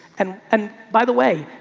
and and by the way,